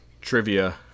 Trivia